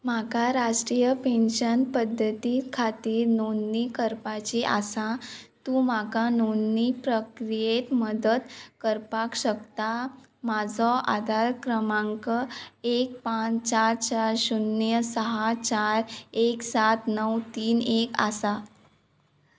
म्हाका राष्ट्रीय पेन्शन पद्दती खातीर नोंदणी करपाची आसा तूं म्हाका नोंदणी प्रक्रियेंत मदत करपाक शकता म्हाजो आदार क्रमांक एक पांच चार चार शुन्य साह चार एक सात णव तीन एक आसा